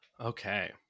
Okay